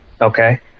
okay